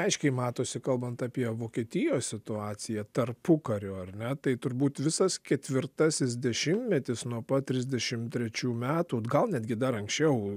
aiškiai matosi kalbant apie vokietijos situaciją tarpukariu ar ne tai turbūt visas ketvirtasis dešimtmetis nuo pat trisdešim trečių metų gal netgi dar anksčiau